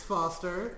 Foster